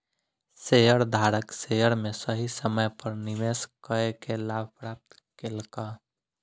शेयरधारक शेयर में सही समय पर निवेश कअ के लाभ प्राप्त केलक